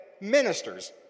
ministers